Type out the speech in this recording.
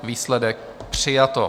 Výsledek: přijato.